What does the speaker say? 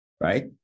Right